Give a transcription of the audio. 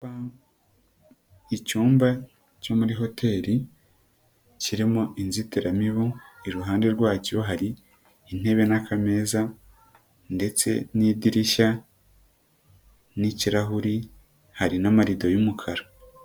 Icyumba cyo muri hoteli kirimo inzitiramibu, iruhande rwacyo hari intebe n'akameza ndetse n'idirishya n'ikirahuri hari n'amarido y'umukara.